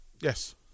Yes